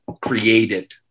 created